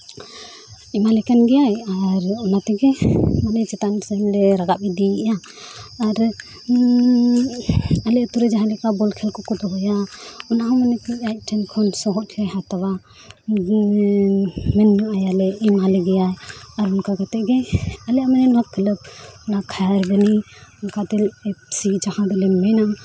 ᱮᱢᱟᱞᱮ ᱠᱟᱱ ᱜᱮᱭᱟᱭ ᱟᱨ ᱚᱱᱟ ᱛᱮᱜᱮ ᱟᱞᱮ ᱪᱮᱛᱟᱱ ᱥᱮᱱᱞᱮ ᱨᱟᱠᱟᱵᱽ ᱤᱫᱤᱭᱮᱫᱼᱟ ᱟᱨ ᱟᱞᱮ ᱟᱛᱳ ᱨᱮ ᱡᱟᱦᱟᱸ ᱞᱮᱠᱟ ᱵᱚᱞ ᱠᱷᱮᱞ ᱠᱚᱠᱚ ᱫᱚᱦᱚᱭᱟ ᱚᱱᱟ ᱦᱚᱸ ᱢᱟᱱᱮ ᱟᱡ ᱴᱷᱮᱱ ᱠᱷᱚᱱ ᱥᱚᱦᱚᱫ ᱞᱮ ᱦᱟᱛᱟᱣᱟ ᱢᱮᱱ ᱜᱟᱱᱚᱜᱼᱟ ᱮᱢᱟ ᱞᱮᱜᱮᱭᱟ ᱟᱨ ᱚᱱᱠᱟ ᱠᱟᱛᱮᱫ ᱜᱮ ᱟᱞᱮᱭᱟᱜ ᱢᱟᱱᱮ ᱱᱚᱣᱟ ᱠᱞᱟᱵᱽ ᱠᱷᱟᱭᱟᱨᱵᱚᱱᱤ ᱚᱱᱠᱟᱛᱮ ᱮᱯᱷ ᱥᱤ ᱡᱟᱦᱟᱸ ᱫᱚᱞᱮ ᱢᱮᱱᱟ